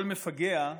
כל מפגע,